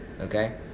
okay